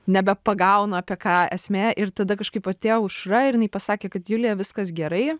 nebepagaunu apie ką esmė ir tada kažkaip atėjo aušra ir jinai pasakė kad julija viskas gerai